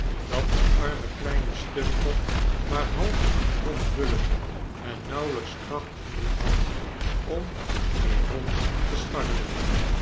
dat de arme kleine stumper maar half kon vullen en nauwelijks kracht genoeg had om mee rond te scharrelen